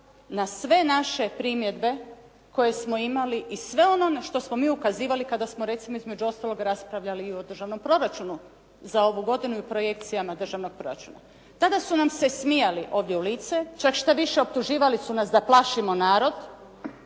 na sve naše primjedbe koje smo imali i sve ono na što smo mi ukazivali kada smo recimo između ostalog raspravljali i o državnom proračunu za ovu godinu i projekcijama državnog proračuna. Tada su nam se smijali ovdje u lice. Čak štoviše, optuživali su nas da plašimo narod.